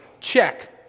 Check